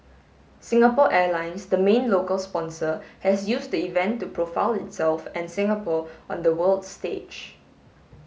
Singapore Airlines the main local sponsor has used the event to profile itself and Singapore on the world stage